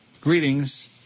Greetings